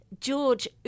George